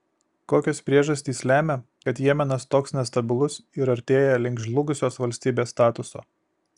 kokios priežastys lemia kad jemenas toks nestabilus ir artėja link žlugusios valstybės statuso